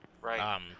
Right